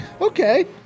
okay